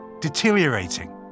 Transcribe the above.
deteriorating